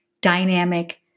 dynamic